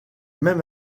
même